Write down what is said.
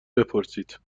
بپرسید